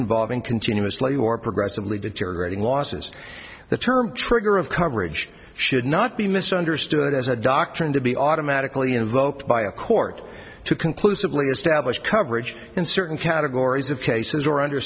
involving continuously or progressively deteriorating losses the term trigger of coverage should not be misunderstood as a doctrine to be automatically invoked by a court to conclusively established coverage in certain categories of cases or under